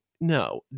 No